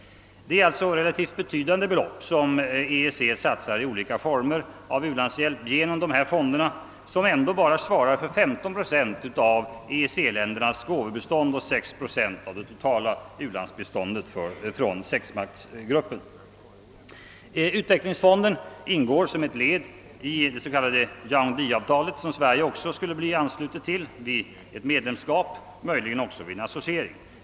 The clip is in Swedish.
Det är alltså relativt betydande belopp som EEC satsar i olika former av ulandshjälp genom dessa fonder som ändå bara svarar för cirka 15 procent av EEC-ländernas gåvobistånd och 6 procent av det totala u-hjälpsbiståndet från sexstatsgruppen. Utvecklingsfonden ingår som ett led i det s.k. Yaoundé-avtalet, som Sverige också skulle bli anslutet till vid ett medlemskap, möjligen också vid en associering.